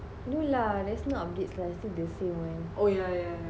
no lah there's no updates they still the same one